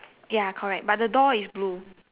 ya correct but the door is blue